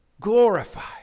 glorified